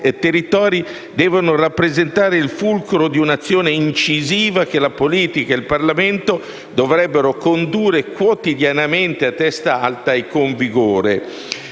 territori devono rappresentare il fulcro di un'azione incisiva che la politica e il Parlamento dovrebbero condurre quotidianamente a testa alta e con vigore